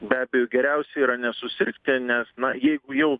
be abejo geriausia yra nesusirgti nes na jeigu jau